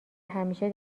همیشه